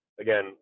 again